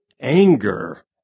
anger